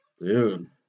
Dude